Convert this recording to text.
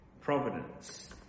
providence